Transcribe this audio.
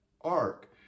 ark